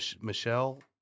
Michelle